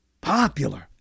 popular